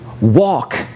walk